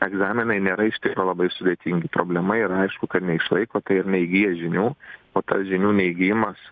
egzaminai nėra iš tikro labai sudėtingi problema yra aišku kad neišlaiko tai ir neįgyja žinių o tas žinių neįgijimas